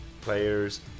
Players